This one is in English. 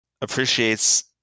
appreciates